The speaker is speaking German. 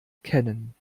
kennen